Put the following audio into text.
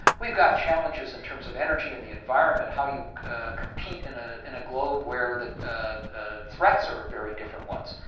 we've got challenges in terms of energy and the environment, how you compete in ah in a globe where the threats are ah very different ones.